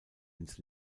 ins